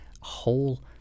whole